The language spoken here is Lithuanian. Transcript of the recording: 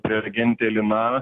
prelegentė lina